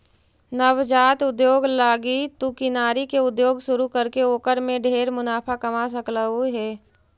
नवजात उद्योग लागी तु किनारी के उद्योग शुरू करके ओकर में ढेर मुनाफा कमा सकलहुं हे